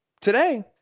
today